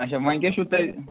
اچھا وۅنۍ کیٛاہ چھُ تۄہہِ